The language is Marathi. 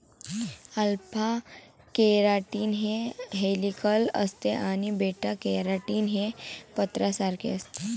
अल्फा केराटीन हे हेलिकल असते आणि बीटा केराटीन हे पत्र्यासारखे असते